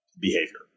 behavior